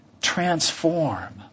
transform